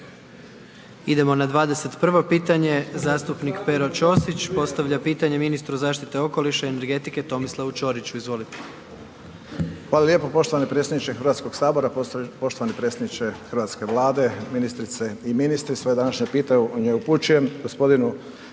Idemo na 21. pitanje. Zastupnik Pero Ćosić, postavlja pitanje ministru zaštite okoliša i energetike Tomislavu Čoriću, izvolite. **Ćosić, Pero (HDZ)** Hvala lijepo poštovani predsjedniče HS-a, poštovani predsjedniče hrvatske Vlade, ministrice i ministri. Svoje današnje pitanje upućujem